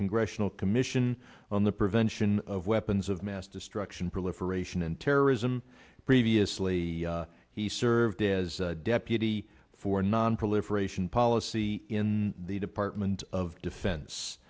congressional commission on the prevention of weapons of mass destruction proliferation and terrorism previously he served as deputy for nonproliferation policy in the department of defen